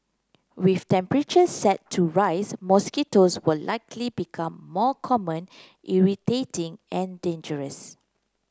with temperatures set to rise mosquitoes will likely become more common irritating and dangerous